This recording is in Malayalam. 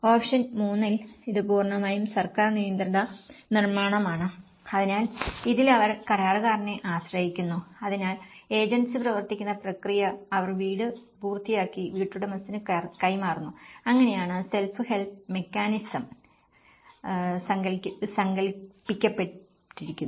ഓപ്ഷൻ 3 ൽ ഇത് പൂർണ്ണമായും സർക്കാർ നിയന്ത്രിത നിർമ്മാണമാണ് അതിനാൽ ഇതിൽ അവർ കരാറുകാരനെ ആശ്രയിക്കുന്നു അതിനാൽ ഏജൻസി പ്രവർത്തിക്കുന്ന പ്രക്രിയ അവർ വീട് പൂർത്തിയാക്കി വീട്ടുടമസ്ഥന് കൈമാറുന്നു അങ്ങനെയാണ് സെൽഫ് ഹൌസ് മെക്കാനിസം സങ്കൽപ്പിക്കപ്പെട്ടിരിക്കുന്നു